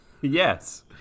yes